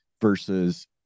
versus